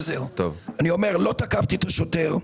אני אומר: לא תקפתי את השוטר.